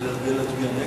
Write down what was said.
והבריאות נתקבלה.